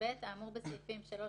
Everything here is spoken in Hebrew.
על פרטי הזיהוי כאמור בסעיף 3(ג)